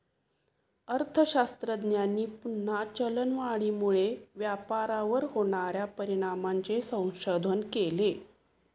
अर्थशास्त्रज्ञांनी पुन्हा चलनवाढीमुळे व्यापारावर होणार्या परिणामांचे संशोधन केले